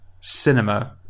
cinema